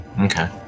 okay